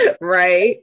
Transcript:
Right